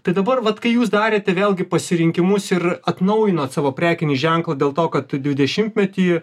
tai dabar vat kai jūs darėte vėlgi pasirinkimus ir atnaujinot savo prekinį ženklą dėl to kad dvidešimtmetį